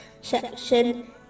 section